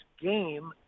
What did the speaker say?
game